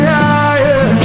higher